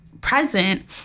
present